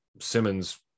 Simmons